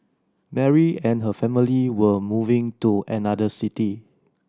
Mary and her family were moving to another city